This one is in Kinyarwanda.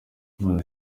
none